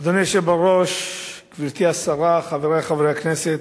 אדוני היושב בראש, גברתי השרה, חברי חברי הכנסת,